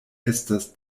estas